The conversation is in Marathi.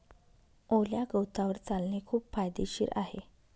ओल्या गवतावर चालणे खूप फायदेशीर आहे